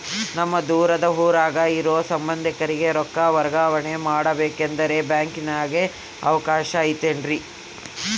ನಮ್ಮ ದೂರದ ಊರಾಗ ಇರೋ ಸಂಬಂಧಿಕರಿಗೆ ರೊಕ್ಕ ವರ್ಗಾವಣೆ ಮಾಡಬೇಕೆಂದರೆ ಬ್ಯಾಂಕಿನಾಗೆ ಅವಕಾಶ ಐತೇನ್ರಿ?